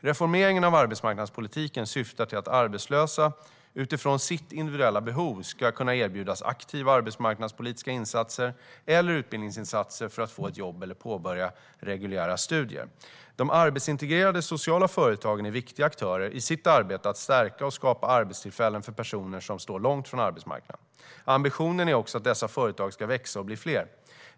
Reformeringen av arbetsmarknadspolitiken syftar till att arbetslösa utifrån sitt individuella behov ska kunna erbjudas aktiva arbetsmarknadspolitiska insatser eller utbildningsinsatser för att få ett jobb eller påbörja reguljära studier. De arbetsintegrerande sociala företagen är viktiga aktörer i sitt arbete att stärka och skapa arbetstillfällen för personer som står långt ifrån arbetsmarknaden. Ambitionen är också att dessa företag ska växa och bli fler.